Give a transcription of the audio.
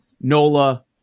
Nola